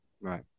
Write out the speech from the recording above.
Right